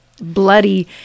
bloody